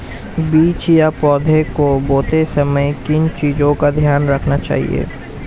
बीज या पौधे को बोते समय किन चीज़ों का ध्यान रखना चाहिए?